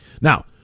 Now